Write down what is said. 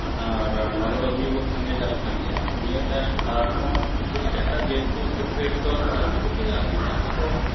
ᱟᱨ ᱱᱚᱣᱟ ᱠᱚᱫᱚ ᱦᱩᱭᱩᱜᱚᱜ ᱠᱟᱱ ᱜᱮᱭᱟ ᱪᱟᱞᱟᱜ ᱠᱟᱱ ᱜᱮᱭᱟ ᱱᱤᱭᱟᱹᱛᱮ ᱟᱨᱦᱚᱸ ᱩᱱᱠᱩ ᱮᱴᱟᱜ ᱮᱴᱟᱜ ᱡᱟᱹᱛ ᱠᱚ ᱠᱷᱮᱛᱨᱮ ᱨᱮᱫᱚ ᱟᱭᱢᱟ ᱜᱚᱴᱮᱡᱟᱜ ᱢᱮᱱᱟᱜ ᱛᱟᱠᱚᱣᱟ